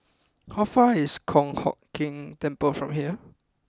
how far is Kong Hock Keng Temple from here